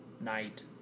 night